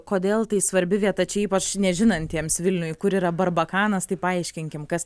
kodėl tai svarbi vieta čia ypač nežinantiems vilniuj kur yra barbakanas tai paaiškinkim kas